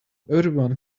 everyone